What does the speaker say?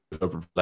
over